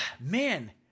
Man